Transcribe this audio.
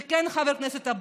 וכן, חבר הכנסת אבוטבול,